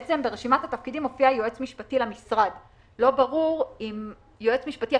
ברשימת התפקידים מופיע יועץ משפטי למשרד ולא ברור אם יועץ משפטי,